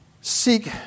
seek